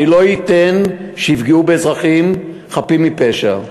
אני לא אתן שיפגעו באזרחים חפים מפשע.